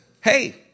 hey